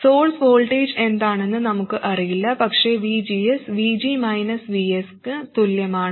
source voltage എന്താണെന്ന് നമുക്ക് അറിയില്ല പക്ഷേ VGS VG Vsക്ക് തുല്യമാണ്